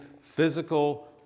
physical